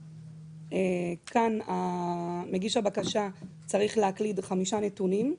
כאן מגיש הבקשה צריך להקליד חמישה נתונים: